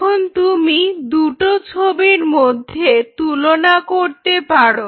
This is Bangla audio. এখন তুমি দুটো ছবির মধ্যে তুলনা করতে পারো